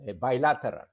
bilateral